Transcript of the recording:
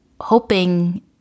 hoping